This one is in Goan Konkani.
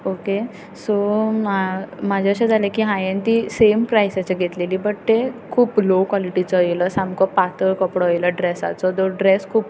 ओके सो म्हजें अशें जालें की हांवें ती सेम प्रायसाचेर घेतलेली पूण तें खूब लोव क्विलिटीचो आयलो सामको पातळ कपडो येयलो ड्रेसाचो तो ड्रेस खूब